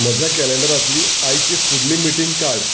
म्हज्या कॅलेंडरांतली आयची फुडली मिटींग काड